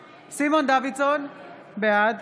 דוידסון, בעד